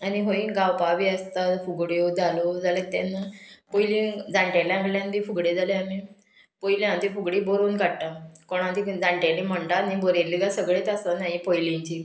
आनी हूय गावपा बी आसता फुगड्यो धालो जाल्यार तेन्ना पयलीं जाणटेल्यां कडल्यान बी फुगडी जाल्या आमी पयलीं हाती फुगडी बरोवन काडटा कोणा ती जाण्टेली म्हणटा न्ही बरयल्ली काय सगळेच आसना पयलींची